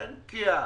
אין פקיעה.